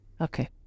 Okay